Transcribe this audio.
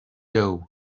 doe